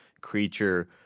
creature